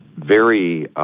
very